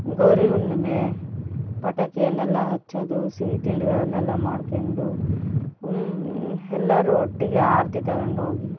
ಗೌರಿ ಹುಣ್ಣಿಮೆ ಪಟಾಕಿಯನ್ನೆಲ್ಲ ಹಚ್ಚೋದು ಸಿಹಿ ತಿಂಡಿಗಳನ್ನೆಲ್ಲ ಮಾಡಿಕೊಂಡು ಎಲ್ಲಾರು ಒಟ್ಟಿಗೆ ಆರತಿ ತಗೊಂಡೋಗಿ